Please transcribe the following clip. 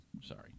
Sorry